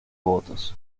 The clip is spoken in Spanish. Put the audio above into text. votos